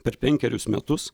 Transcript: per penkerius metus